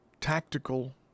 tactical